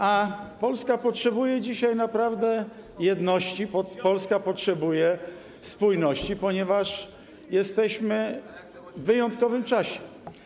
A Polska potrzebuje dzisiaj naprawdę jedności, Polska potrzebuje spójności, ponieważ jesteśmy w wyjątkowym czasie.